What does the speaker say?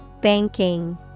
Banking